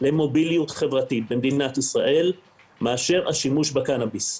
למוביליות חברתית במדינת ישראל מאשר השימוש בקנאביס.